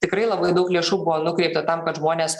tikrai labai daug lėšų buvo nukreipta tam kad žmonės